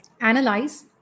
analyze